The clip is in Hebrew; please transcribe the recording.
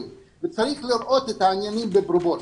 לנושא הזה וצריך לראות את העניינים בפרופורציה.